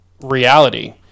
reality